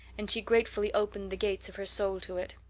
and she gratefully opened the gates of her soul to it.